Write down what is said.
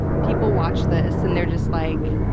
people watch this and they're just like,